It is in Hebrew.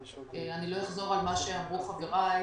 אני לא אחזור על מה שאמרו חבריי.